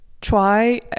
try